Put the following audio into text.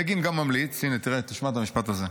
בגין גם ממליץ" הינה, תשמע את המשפט הזה,